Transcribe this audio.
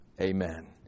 Amen